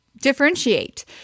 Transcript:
differentiate